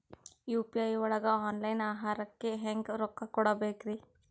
UPI ಒಳಗ online ಆಹಾರಕ್ಕೆ ಹೆಂಗ್ ರೊಕ್ಕ ಕೊಡಬೇಕ್ರಿ?